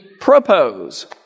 Propose